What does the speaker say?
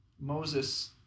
Moses